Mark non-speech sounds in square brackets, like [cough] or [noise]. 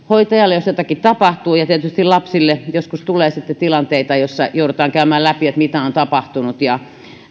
[unintelligible] hoitajalla jos jotakin tapahtuu ja tietysti lapsille joskus tulee sitten tilanteita joissa joudutaan käymään läpi mitä on tapahtunut